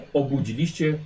obudziliście